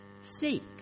Seek